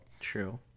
True